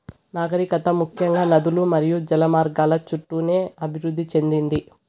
నాగరికత ముఖ్యంగా నదులు మరియు జల మార్గాల చుట్టూనే అభివృద్ది చెందింది